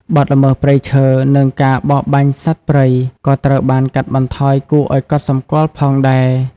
បទល្មើសព្រៃឈើ និងការបរបាញ់សត្វព្រៃក៏ត្រូវបានកាត់បន្ថយគួរឱ្យកត់សម្គាល់ផងដែរ។